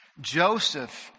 joseph